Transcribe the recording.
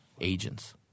agents